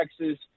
Texas